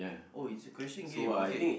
oh it's a question game okay